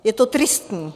Je to tristní.